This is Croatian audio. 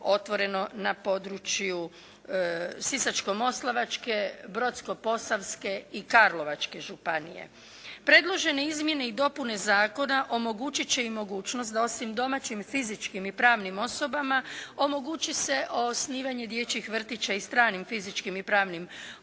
otvoreno na području Sisačko-moslavačke, Brodsko-posavske i Karlovačke županije. Predložene izmjene i dopune zakona omogućit će i mogućnost da osim domaćim fizičkim i pravnim osobama omogući se osnivanje dječjih vrtića i stranim fizičkim i pravnim osobama,